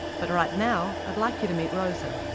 but right now i'd like you to meet rosa.